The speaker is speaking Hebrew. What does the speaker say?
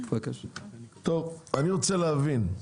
טוב אני רוצה להבין,